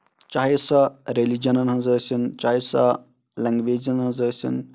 چاہے سۄ ریلِجنن ہٕنٛز ٲسِنۍ چاہے سۄ لینگویجن ہٕنٛز ٲسِنۍ